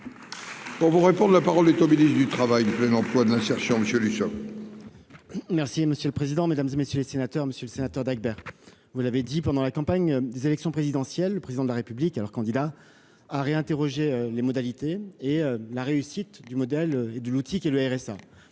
On vous répond : la parole est au ministre du Travail, le pleine emploi de l'insertion, monsieur. Merci monsieur le président, Mesdames et messieurs les sénateurs, Monsieur le Sénateur Dacbert vous l'avez dit pendant la campagne des élections présidentielles, le président de la République, alors candidat à réinterroger les modalités et la réussite du modèle et de l'outil qu'est le RSA